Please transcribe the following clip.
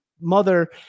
mother